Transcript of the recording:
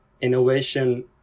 innovation